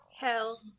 Hell